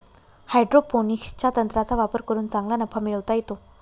हायड्रोपोनिक्सच्या तंत्राचा वापर करून चांगला नफा मिळवता येतो